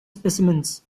specimens